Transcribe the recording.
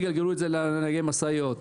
יגלגלו את זה לנהי משאיות.